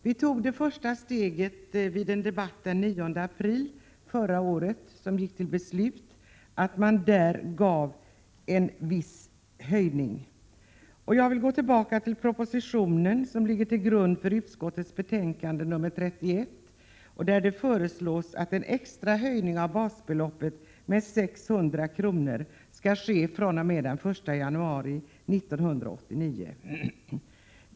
Vi tog det första steget vid en debatt den 9 april förra året, då man beslutade om en viss höjning. Jag vill gå tillbaka till propositionen, som ligger till grund för utskottets betänkande 31, och vari föreslås att en extra höjning av basbeloppet med 600 kr. skall ske fr.o.m. den 1 januari 1989.